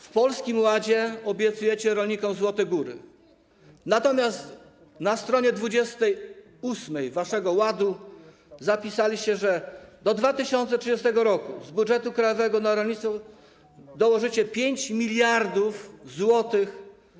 W Polskim Ładzie obiecujecie rolnikom złote góry, natomiast na str. 28 waszego ładu zapisaliście, że do 2030 r. z budżetu krajowego na rolnictwo dołożycie 5 mld zł.